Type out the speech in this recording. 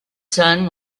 son